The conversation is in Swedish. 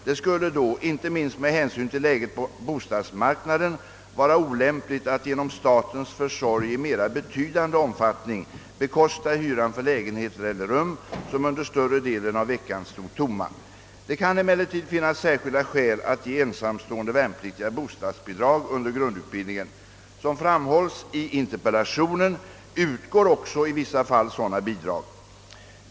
Det skulle då — inte minst med hänsyn till läget på bostadsmarknaden — vara olämpligt att genom statens försorg i mera betydande omfattning bekosta hyran för lägenheter eller rum, som under större delen av veckan stod tomma. Det kan emellertid finnas särskilda skäl att ge ensamstående värnpliktiga bostadsbidrag under grundutbildningen. Som framhålls i interpellationen utgår också i vissa fall sådant bidrag.